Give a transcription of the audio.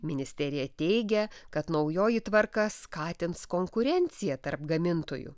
ministerija teigia kad naujoji tvarka skatins konkurenciją tarp gamintojų